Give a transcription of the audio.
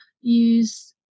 use